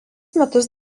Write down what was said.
metus